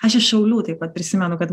aš iš šaulių taip pat prisimenu kad